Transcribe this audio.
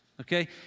Okay